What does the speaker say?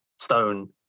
Stone